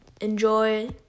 enjoy